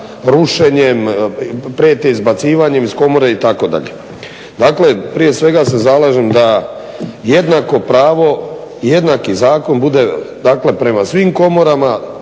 rušenjem, prijete izbacivanjem iz komore itd. Dakle, prije svega ja se zalažem da jednako pravo i jednaki zakon bude prema svim komorama